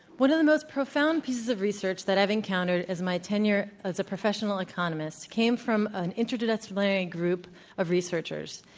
one of the most profound pieces of research that i've encountered in my tenure as a professional economist came from an interdisciplinary group of researchers.